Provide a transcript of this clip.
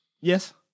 Yes